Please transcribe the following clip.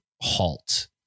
halt